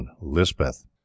Lisbeth